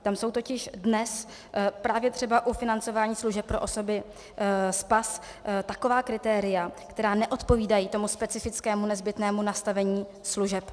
Tam jsou totiž dnes právě u financování služeb pro osoby s PAS taková kritéria, která neodpovídají tomu specifickému nezbytnému nastavení služeb.